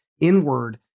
inward